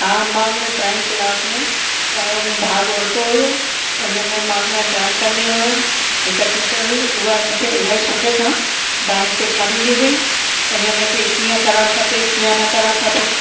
हा मां drawing class में वयमि भाॻु वरितो हुयो उन में मां ड्रॉइंग कंदी हुयमि हिकु टीचर हुई उहा मूंखे इलाही सुठे सां ड्रॉइंग सेखारींदी हुई उन में कीअं करणु खपे कीअं न करणु खपे